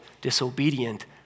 disobedient